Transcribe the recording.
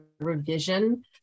revision